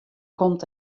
komt